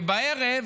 ובערב